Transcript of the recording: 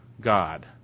God